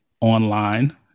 Online